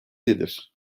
nedir